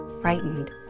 Frightened